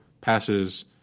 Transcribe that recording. passes